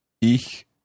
Ich